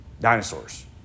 dinosaurs